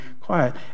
quiet